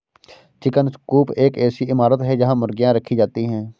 chicken coop एक ऐसी इमारत है जहां मुर्गियां रखी जाती हैं